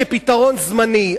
כפתרון זמני,